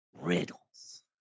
Riddles